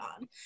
on